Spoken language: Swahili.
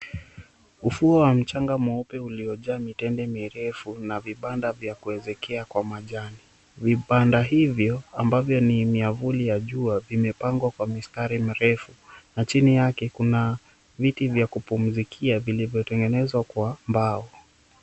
Ufuo wa mchanga mweupe uliojaa mitende mirefu na vibanda vya kuezekea kwa majani. Vibanda hivyo ambavyo ni miavuli ya jua imepangwa kwa mistari mirefu na chini yake kuna viti vya kupumzikia vilivyotengenezwa kwa mbao.